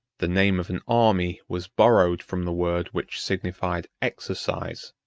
the name of an army was borrowed from the word which signified exercise.